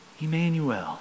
Emmanuel